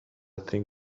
think